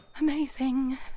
Amazing